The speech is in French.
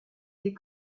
des